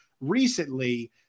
recently